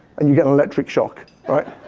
and you get an electric shock, all right?